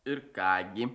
ir ką gi